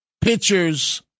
pictures